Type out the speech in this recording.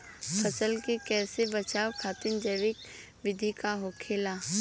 फसल के कियेसे बचाव खातिन जैविक विधि का होखेला?